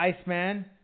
Iceman